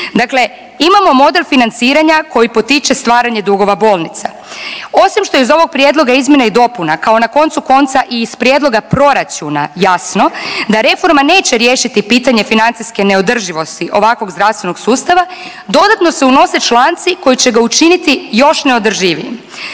Dakle, imamo model financiranja koji potiče stvaranje dugova bolnica. Osim što iz ovog prijedloga izmjena i dopuna kao na koncu konca i iz prijedloga proračuna jasno da reforma neće riješiti pitanje financijske neodrživosti ovakvog zdravstvenog sustava dodatno se unose članci koji će ga učiniti još0 neodrživijim,